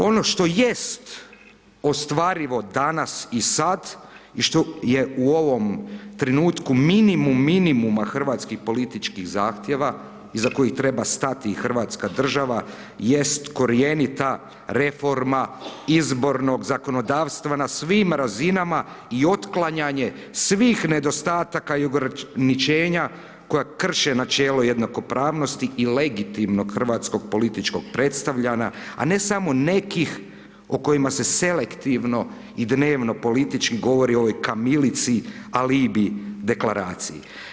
Ono što jest ostvarivo danas i sad i što je u ovom trenutku minimum minimuma hrvatskih političkih zahtjeva iza kojih treba stati hrvatska država jest korjenita reforma izbornog zakonodavstva na svim razinama i otklanjanje svih nedostataka i ograničenja koja krše načelo jednakopravnosti i legitimnog hrvatskog političkog predstavljanja a ne samo nekih o kojima se selektivno i dnevno politički govori o ovoj kamilici alibi deklaraciji.